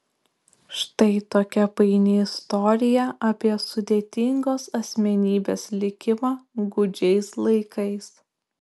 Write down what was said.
štai tokia paini istorija apie sudėtingos asmenybės likimą gūdžiais laikais